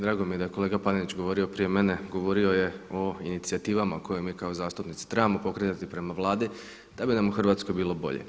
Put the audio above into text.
Drago mi je da je kolega Panenić govorio prije mene, govorio je o inicijativama koje mi kao zastupnici trebamo pokretati prema Vladi da bi nam u Hrvatskoj bilo bolje.